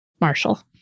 Marshall